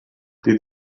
did